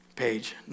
page